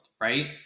right